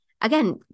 Again